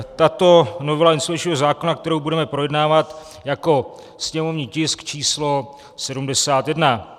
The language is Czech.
Tato novela insolvenčního zákona, kterou budeme projednávat jako sněmovní tisk číslo 71.